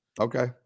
Okay